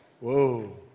whoa